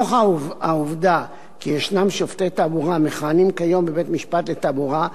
נוכח העובדה כי ישנם שופטי תעבורה המכהנים כיום בבית-משפט לתעבורה,